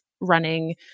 running